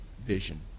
vision